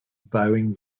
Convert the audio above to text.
bowing